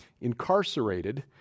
incarcerated